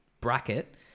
bracket